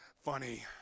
Funny